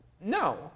No